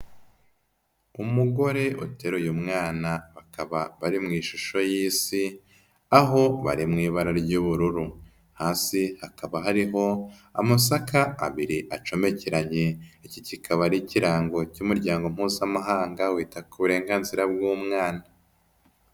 Umugore uteruye umwana, bakaba bari mu ishusho y'Isi, aho bari mu ibara ry'ubururu, hasi hakaba hariho amasaka abiri acomekeranye, iki kikaba ari ikirango cy'Umuryango Mpuzamahanga wita ku burenganzira bw'umwana.